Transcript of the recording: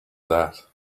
that